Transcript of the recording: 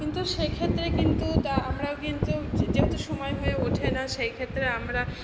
কিন্তু সেক্ষেত্রে কিন্তু তা আমরাও কিন্তু যেযেহেতু সময় হয়ে ওঠে না সেই ক্ষেত্রে আমরা